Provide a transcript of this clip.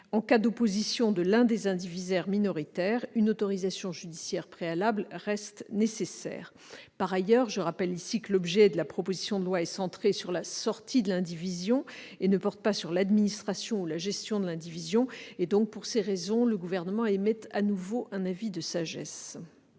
En cas d'opposition de l'un des indivisaires minoritaires, une autorisation judiciaire préalable reste nécessaire. Par ailleurs, je rappelle que l'objet de la proposition de loi est centré sur la sortie de l'indivision et ne porte pas sur l'administration ou la gestion de l'indivision. Pour ces raisons, le Gouvernement s'en remet de nouveau à la sagesse